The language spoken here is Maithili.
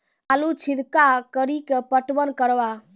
आलू छिरका कड़ी के पटवन करवा?